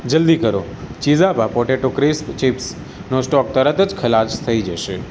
જલદી કરો ચીઝાપા પોટેટો ક્રીસ્પ ચિપ્સ નો સ્ટોક તરત જ ખલાસ થઇ જશે